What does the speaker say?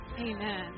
Amen